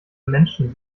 menschen